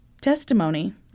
testimony